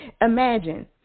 Imagine